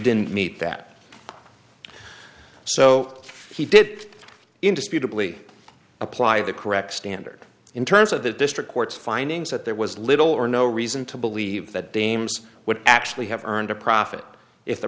didn't meet that so he did indisputably apply the correct standard in terms of the district court's findings that there was little or no reason to believe that dame's would actually have earned a profit if the